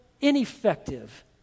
ineffective